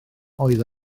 oedd